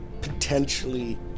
potentially